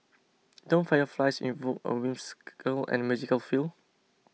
don't fireflies invoke a whimsical and magical feel